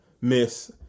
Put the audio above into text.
Miss